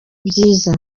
byiza